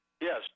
Yes